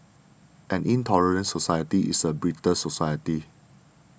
an intolerant society is a brittle society